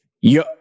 Yo